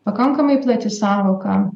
pakankamai plati sąvoka